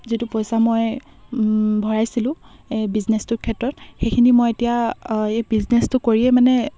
যিটো পইচা মই ভৰাইছিলো এই বিজনেছটোৰ ক্ষেত্ৰত সেইখিনি মই এতিয়া এই বিজনেছটো কৰিয়ে মানে